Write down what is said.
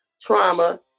trauma